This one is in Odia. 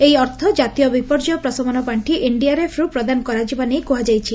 ଏହି ଅର୍ଥ ଜାତୀୟ ବିପର୍ଯ୍ୟୟ ପ୍ରଶମନ ପାଖି ଏନ୍ଡିଆର୍ଏଫ୍ରୁ ପ୍ରଦାନ କରାଯିବା ନେଇ କୁହାଯାଇଛି